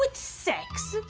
but sex,